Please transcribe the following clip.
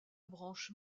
branche